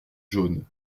jaunes